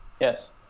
Yes